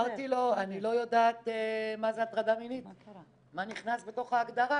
לא יודעת מה זה הטרדה מינית, מה נכנס בתוך ההגדרה.